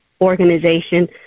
organization